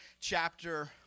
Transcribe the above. chapter